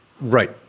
Right